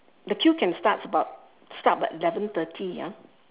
the queue can starts about start about eleven thirty ah